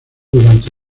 durante